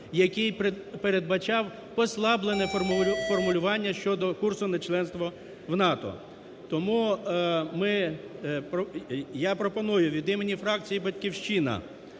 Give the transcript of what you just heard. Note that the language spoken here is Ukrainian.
який передбачав послаблене формулювання щодо курсу на членство в НАТО. Тому ми… я пропоную від імені фракції "Батьківщина",